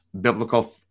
biblical